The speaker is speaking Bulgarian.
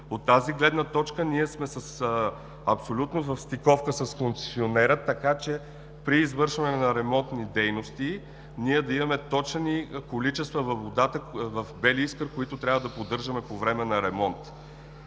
От тази гледна точка ние сме в абсолютна стиковка с концесионера, така че при извършване на ремонтни дейности да имаме точни количества на водата в „Бели Искър“, които трябва да поддържаме по време на ремонт.